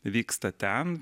vyksta ten